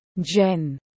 Jen